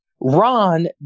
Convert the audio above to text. Ron